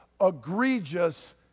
egregious